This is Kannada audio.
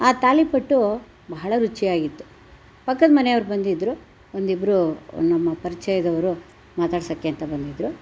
ಆ ತಾಳಿಪಟ್ಟು ಬಹಳ ರುಚಿಯಾಗಿತ್ತು ಪಕ್ಕದ ಮನೆಯವ್ರು ಬಂದಿದ್ದರು ಒಂದು ಇಬ್ಬರು ನಮ್ಮ ಪರಿಚಯದವ್ರು ಮಾತಾಡ್ಸೋಕ್ಕೆ ಅಂತ ಬಂದಿದ್ದರು